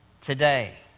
today